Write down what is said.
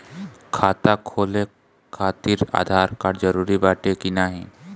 खाता खोले काहतिर आधार कार्ड जरूरी बाटे कि नाहीं?